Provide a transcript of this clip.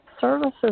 Services